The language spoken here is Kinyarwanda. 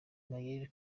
gaël